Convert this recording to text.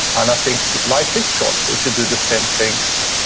and i think life is short if you do the same things,